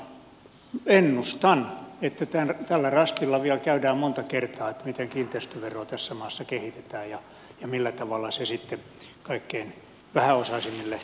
noin verotusmuotona ennustan että tällä rastilla vielä käydään monta kertaa että miten kiinteistöveroa tässä maassa kehitetään ja millä tavalla se sitten kaikkein vähäosaisimmille voidaan kompensoida